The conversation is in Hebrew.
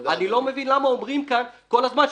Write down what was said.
אני לא מבין למה אומרים כאן- -- תודה.